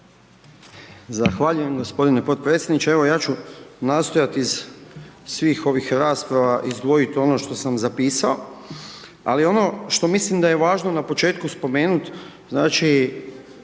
Zahvaljujem gospodine potpredsjedniče. Evo ja ću nastojati iz svih ovih rasprava izdvojiti ono što sam zapisao. Ali ono što mislim da je važno na početku spomenuti, znači